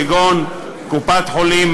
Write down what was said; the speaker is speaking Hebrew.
כגון קופת-חולים,